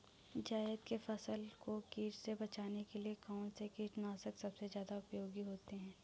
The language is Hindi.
जायद की फसल को कीट से बचाने के लिए कौन से कीटनाशक सबसे ज्यादा उपयोगी होती है?